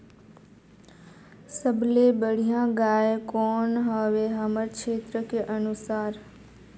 सबले बढ़िया गाय कौन हवे हमर क्षेत्र के अनुसार?